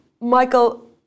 Michael